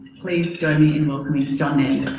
please join me in welcoming john nairn.